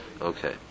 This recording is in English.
Okay